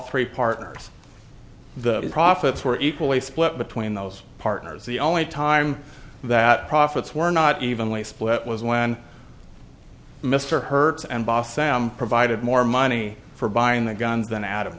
three partners the profits were equally split between those partners the only time that profits were not evenly split was when mr hertz and boss sam provided more money for buying the guns than ad